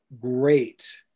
great